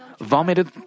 vomited